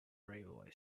railway